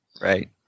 Right